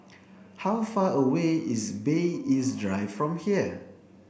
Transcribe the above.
how far away is Bay East Drive from here